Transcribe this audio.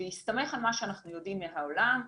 בהסתמך על מה שאנחנו יודעים מהעולם,